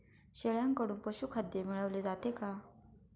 शेळ्यांकडून पशुखाद्य मिळवले जाते का?